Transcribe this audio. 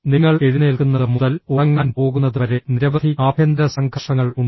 നിങ്ങൾ എഴുന്നേൽക്കുന്നത് മുതൽ ഉറങ്ങാൻ പോകുന്നത് വരെ നിരവധി ആഭ്യന്തര സംഘർഷങ്ങൾ ഉണ്ട്